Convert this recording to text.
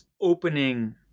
opening